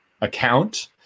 account